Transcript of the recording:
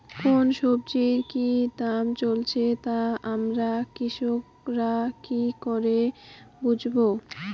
কোন সব্জির কি দাম চলছে তা আমরা কৃষক রা কি করে বুঝবো?